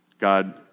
God